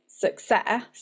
success